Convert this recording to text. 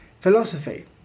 philosophy